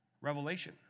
Revelation